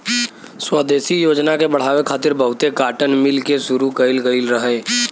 स्वदेशी योजना के बढ़ावे खातिर बहुते काटन मिल के शुरू कइल गइल रहे